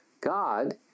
God